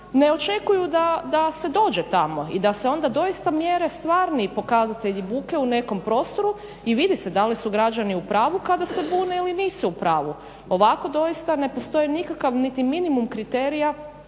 ne očekuju da se dođe tamo i da se onda doista mjere stvarni pokazatelji buke u nekom prostoru i vidi se da li su građani u pravu kada se bune ili nisu u pravu. Ovako doista ne postoji nikakav niti minimum kriterija